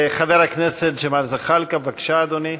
חבר הכנסת ג'מאל זחאלקה, בבקשה, אדוני.